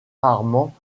rarement